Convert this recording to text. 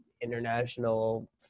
international